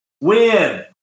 Win